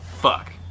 Fuck